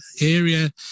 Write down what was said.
area